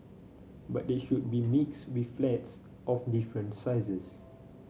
but they should be mixed with flats of different sizes